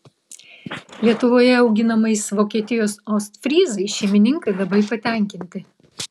lietuvoje auginamais vokietijos ostfryzais šeimininkai labai patenkinti